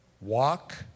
Walk